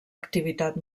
activitat